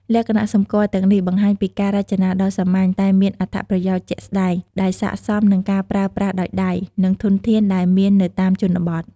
លក្ខណៈសម្គាល់ទាំងនេះបង្ហាញពីការរចនាដ៏សាមញ្ញតែមានអត្ថប្រយោជន៍ជាក់ស្តែង ដែលស័ក្តិសមនឹងការប្រើប្រាស់ដោយដៃ និងធនធានដែលមាននៅតាមជនបទ។